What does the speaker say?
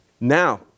now